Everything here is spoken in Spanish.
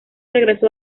regresó